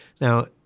Now